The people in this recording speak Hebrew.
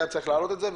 היה צריך להעלות את זה.